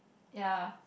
ya